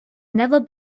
never